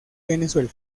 venezuela